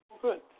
Good